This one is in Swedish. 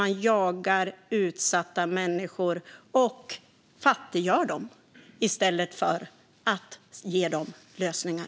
De jagar utsatta människor och fattiggör dem i stället för att ge dem lösningar.